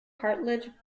cartilage